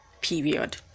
period